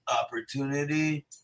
opportunity